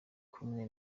kumwe